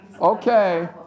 Okay